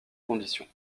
conditions